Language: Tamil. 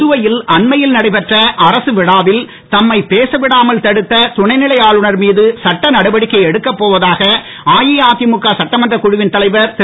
புதுவையில் அண்மையில் நடைபெற்ற அரசு விழாவில் தம்மை பேசவிடாமல் தடுத்த துணைநிலை ஆளுநர் மீது சட்டநடவடிக்கை எடுக்கப் போவதாக அஇஅதிமுக சட்டமன்ற குழுவின் தலைவர் திரு